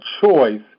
choice